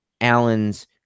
Allen's